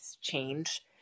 change